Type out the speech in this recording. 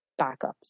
backups